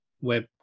web